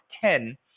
ten